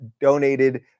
donated